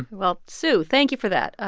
well, sue, thank you for that.